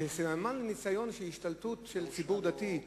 כסמן לניסיון של השתלטות של ציבור דתי,